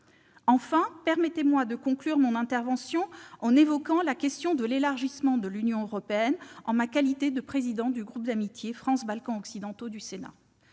sujet. Permettez-moi de conclure mon intervention en évoquant la question de l'élargissement de l'Union européenne, en ma qualité de présidente du groupe d'amitié France-Balkans occidentaux du Sénat.